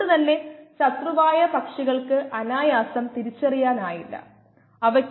1 ശതമാനമായി കുറയ്ക്കാൻ എത്ര സമയമെടുക്കും